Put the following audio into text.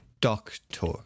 Doctor